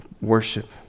worship